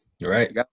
Right